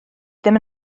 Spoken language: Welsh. ddim